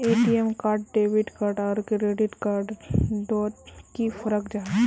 ATM card debit card आर credit card डोट की फरक जाहा?